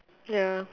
ya